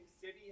city